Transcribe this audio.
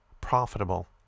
profitable